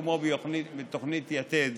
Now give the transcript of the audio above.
כמו בתוכנית יתד,